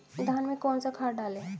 धान में कौन सा खाद डालें?